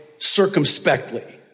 circumspectly